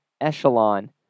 echelon